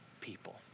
people